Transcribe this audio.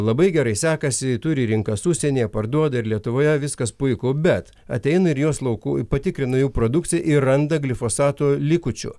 labai gerai sekasi turi rinkas užsienyje parduoda ir lietuvoje viskas puiku bet ateina ir jos lauku patikrina jų produkciją ir randa glifosato likučių